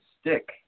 stick